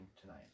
tonight